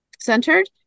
centered